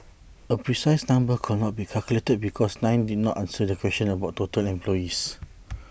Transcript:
A precise number could not be calculated because nine did not answer the question about total employees